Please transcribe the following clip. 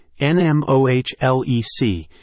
NMOHLEC